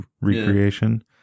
Recreation